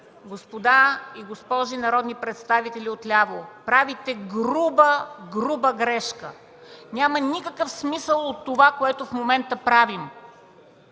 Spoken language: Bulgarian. госпожи и господа народни представители отляво! Правите груба, груба грешка! Няма никакъв смисъл от това, което в момента правим.